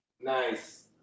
Nice